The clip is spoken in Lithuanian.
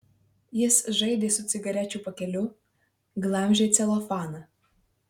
jis žaidė su cigarečių pakeliu glamžė celofaną